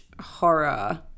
horror